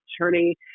attorney